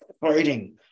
fighting